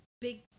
big